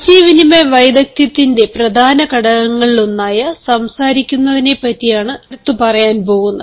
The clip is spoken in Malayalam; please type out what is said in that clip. ആശയവിനിമയ വൈദഗ്ധ്യത്തിന്റെ പ്രധാന ഘടകങ്ങളിലൊന്നായ സംസാരിക്കുന്നതിനെപ്പറ്റിയാണ് അടുത്തത്